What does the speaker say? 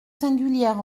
singulières